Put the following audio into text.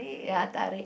ya tarik